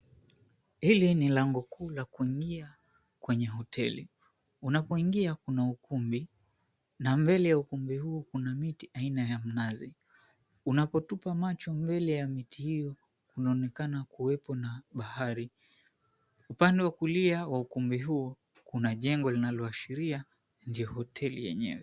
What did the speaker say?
Hili ni lango kuu la kuingia kwenye hoteli. Unapoingia kuna ukumbi, na mbele ya ukumbi huu kuna miti aina ya mnazi. Unapotupa macho mbele ya miti hii, kunaonekana kuwepo na bahari. Upande wa kulia wa ukumbi huu kuna jengo linaloashiria ndio hoteli yenyewe.